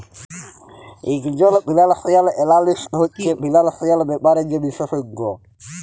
ইকজল financial analyst হছে financial ব্যাপারে যে বিশেষজ্ঞ